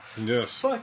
Yes